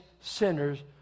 sinners